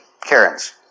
Karen's